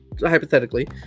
hypothetically